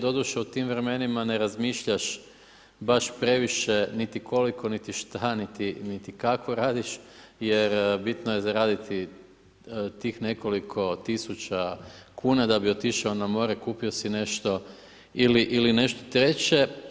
Doduše, u tim vremenima ne razmišljaš baš previše niti koliko niti šta niti kako radiš jer bitno je zaraditi tih nekoliko tisuća da bi otišao na more, kupio si nešto ili nešto treće.